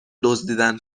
دزدیدن